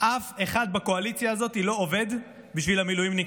אף אחד בקואליציה הזאת לא עובד בשביל המילואימניקים.